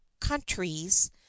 countries